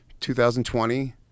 2020